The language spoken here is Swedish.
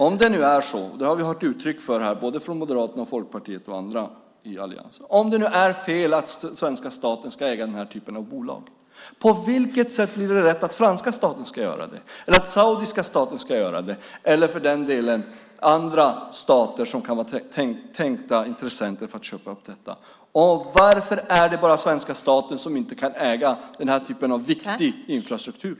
Om det nu är fel - det har vi hört uttryck för från Moderaterna och Folkpartiet och andra i alliansen - att svenska staten ska äga den här typen av bolag undrar jag: På vilket sätt blir det rätt att den franska staten ska göra det eller att den saudiska staten ska göra det eller, för den delen, andra stater som kan vara tänkta intressenter när det gäller att köpa upp detta? Varför är det bara den svenska staten som inte kan äga den här typen av viktig infrastruktur?